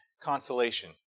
consolation